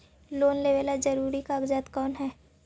Loan लेब ला जरूरी कागजात कोन है?